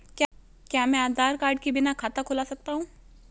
क्या मैं आधार कार्ड के बिना खाता खुला सकता हूं?